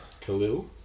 Khalil